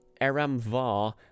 Eramvar